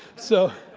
so